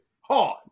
hard